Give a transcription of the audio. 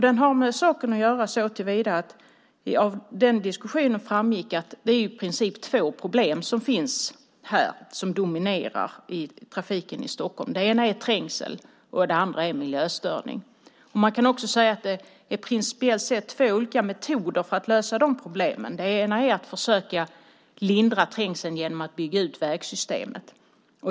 Det har med saken att göra på så sätt att det av den diskussionen framgick att det i princip är två problem som dominerar i trafiken i Stockholm. Det ena är trängsel. Det andra är miljöstörning. Man kan säga att det principiellt finns två metoder för att lösa de problemen. Den ena är att försöka lindra trängseln genom att bygga ut vägsystemet.